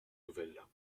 nouvelles